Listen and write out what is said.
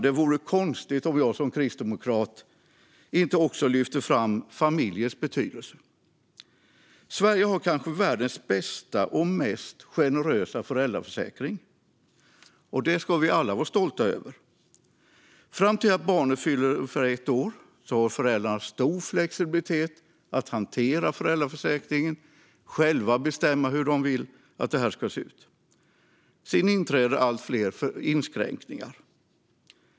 Det vore konstigt om jag som kristdemokrat inte också lyfte fram familjens betydelse. Sverige har kanske världens bästa och mest generösa föräldraförsäkring, och detta ska vi alla vara stolta över. Fram till att barnet fyller ett år har föräldrarna stor flexibilitet när det gäller att hantera föräldrapenningen och själva bestämma hur de vill att det ska se ut. Sedan inträder allt fler inskränkningar.